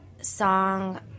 song